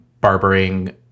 barbering